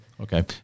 okay